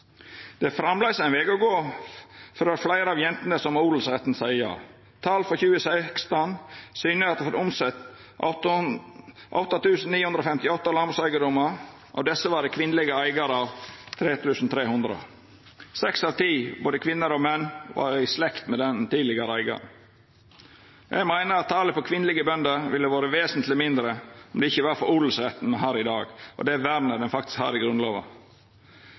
Det er framleis ein veg å gå for å få fleire av jentene med odelsrett til å seia ja. Tal frå 2016 syner at det var omsett 8 958 landbrukseigedomar. Av desse var talet på kvinnelege eigarar 3 300. Seks av ti, både kvinner og menn, var i slekt med den tidlegare eigaren. Me meiner at talet på kvinnelege bønder ville vore vesentleg mindre om det ikkje var for odelsretten me har i dag, og det vernet han faktisk har i Grunnlova.